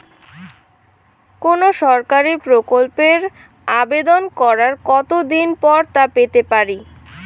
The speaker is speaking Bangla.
কোনো সরকারি প্রকল্পের আবেদন করার কত দিন পর তা পেতে পারি?